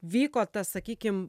vyko tas sakykim